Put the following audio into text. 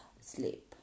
sleep